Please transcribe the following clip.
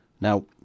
Now